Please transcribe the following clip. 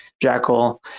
Jackal